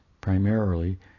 primarily